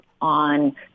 on